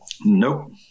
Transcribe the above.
Nope